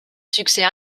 succès